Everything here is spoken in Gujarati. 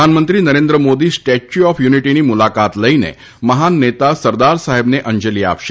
પ્રધાનમંત્રી નરેન્દ્ર મોદી સ્ટેચ્યુ ઓફ યુનિટીની મુલાકાત લઇને મહાન નેતા સરદાર સાહેબને અંજલી આપશે